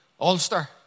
Ulster